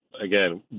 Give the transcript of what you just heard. again